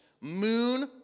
moon